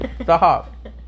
Stop